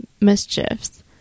mischiefs